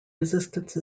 resistance